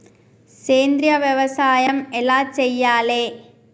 సేంద్రీయ వ్యవసాయం ఎలా చెయ్యాలే?